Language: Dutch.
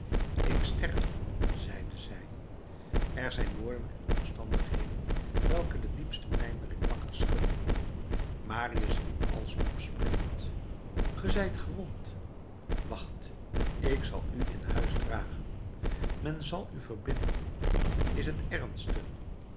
ik sterf zeide zij er zijn woorden en omstandigheden welke de diepste mijmering wakker schudden marius riep als opspringend ge zijt gewond wacht ik zal u in huis dragen men zal u verbinden is t ernstig